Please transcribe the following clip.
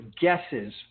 guesses